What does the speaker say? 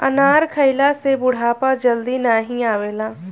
अनार खइला से बुढ़ापा जल्दी नाही आवेला